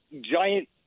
giant